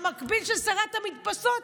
המקביל של שרת המדפסות,